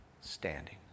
Standing